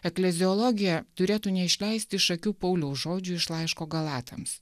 ekleziologija turėtų neišleisti iš akių pauliaus žodžių iš laiško galatams